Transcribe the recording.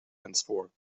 henceforth